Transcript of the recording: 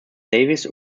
davies